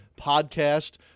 podcast